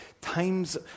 times